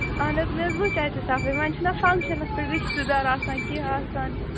اَہن حظ مےٚ حظ وُچھ اَتہِ صفٲیی وَنۍ چھُناہ فَنٛگشَنَس پٮ۪ٹھ رِشتہٕ دار آسان کیٚنٛہہ آسان